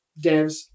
devs